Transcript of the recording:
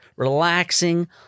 relaxing